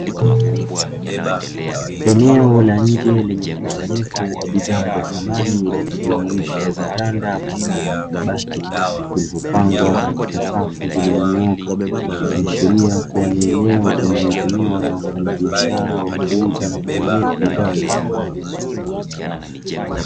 Eneo la nje lenye mkusanyiko wa bidhaa za samani, likijumuisha vitanda, pamoja na makabati, zilizopangwa katika safu zilizonyooka. Ikiashiria kuwa ni eneo linalotumiwa na wafanyabiashara wa kuuza na kununua bidhaa za samani.